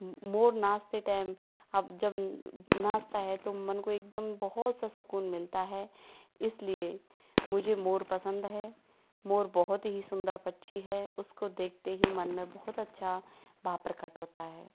मोर नाचते टाइम अब जब नाचता है तो मन को एकदम बहुत सा सुकून मिलता है इसलिए मुझे मोर पसंद है मोर बहुत ही सुन्दर पक्षी है उसको देखते ही मन में बहुत अच्छा भाव प्रकट होता है